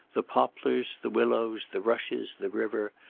the poplars, the willows, the rushes, the river,